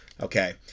Okay